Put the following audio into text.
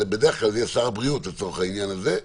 בדרך כלל זה יהיה שר הבריאות לצורך העניין הזה,